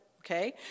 okay